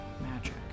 magic